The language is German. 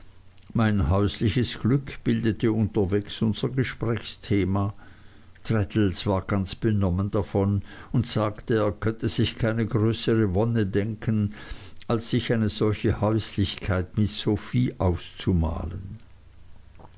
mein häusliches glück bildete unterwegs unser gesprächsthema traddles war ganz benommen davon und sagte er könne sich keine größere wonne denken als sich eine solche häuslichkeit mit sophie auszumalen